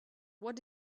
what